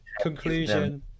conclusion